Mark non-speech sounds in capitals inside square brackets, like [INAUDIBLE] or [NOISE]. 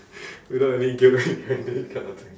without any guilt [LAUGHS] you go and do this kind of thing